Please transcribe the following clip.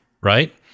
right